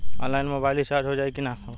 Online mobile recharge हो जाई की ना हो?